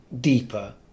deeper